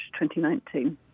2019